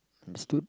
understood